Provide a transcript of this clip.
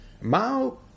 Mao